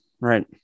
right